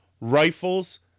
rifles